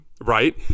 Right